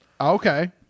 okay